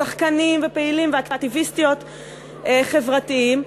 שחקנים ופעילים ואקטיביסטיות חברתיים,